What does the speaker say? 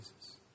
Jesus